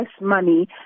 money